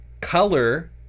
color